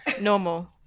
Normal